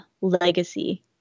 legacy